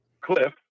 Cliff